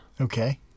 Okay